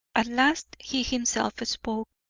at last he himself spoke,